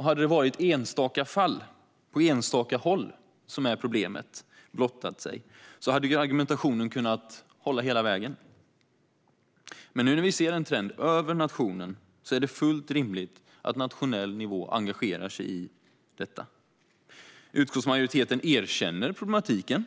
Hade det varit enstaka fall på enstaka håll hade argumentationen kunnat hålla hela vägen. Men när vi nu ser en trend över nationen är det fullt rimligt att engagera sig på nationell nivå. Utskottsmajoriteten erkänner problematiken,